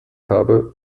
habe